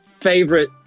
favorite